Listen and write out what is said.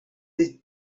this